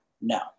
no